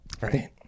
right